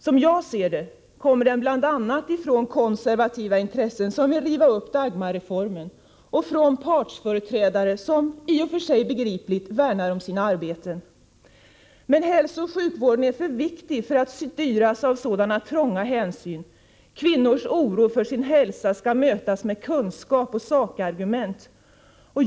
Som jag ser det härrör den bl.a. från konservativa intressen som vill riva upp Dagmarreformen och från partsföreträdare som, vilket i och för sig är begripligt, värnar om sina arbeten. Men hälsooch sjukvården är för viktig för att styras av sådana trånga hänsyn. Kvinnors oro för sin hälsa skall mötas med kunskap och sakargument.